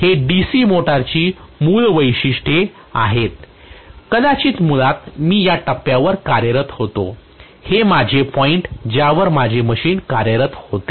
हे DC मोटरची मूळ वैशिष्ट्ये आहेत कदाचित मूळतः मी या टप्प्यावर कार्यरत होतो हे माझे पॉईंट ज्यावर माझे मशीन कार्यरथ होते